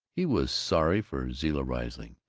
he was sorry for zilla riesling,